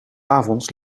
avonds